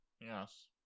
Yes